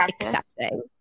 accepting